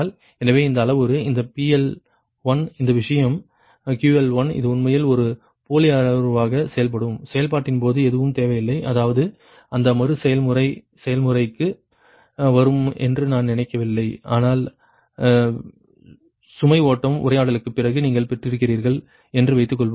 எனவே இந்த அளவுரு இந்த PL1 இந்த விஷயம் QL1 இது உண்மையில் இது ஒரு போலி அளவுருவாக செயல்படும் செயல்பாட்டின் போது எதுவும் தேவையில்லை அதாவது அந்த மறுசெயல்முறை செயல்முறைக்கு வரும் என்று நான் நினைக்கவில்லை ஆனால் சுமை ஓட்டம் உரையாடலுக்குப் பிறகு நீங்கள் பெற்றிருக்கிறீர்கள் என்று வைத்துக்கொள்வோம்